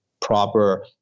proper